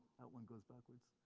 one goes backwards.